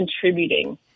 contributing